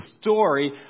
story